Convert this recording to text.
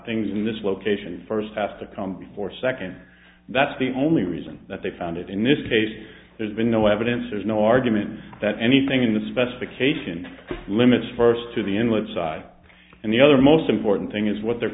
things in this location first pass to come before second that's the only reason that they found it in this case there's been no evidence there's no argument that anything in the specification limits first to the inlet side and the other most important thing is what they're